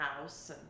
house